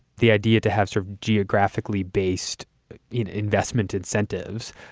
the idea to have served geographically based investment incentives.